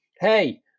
Hey